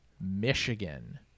Michigan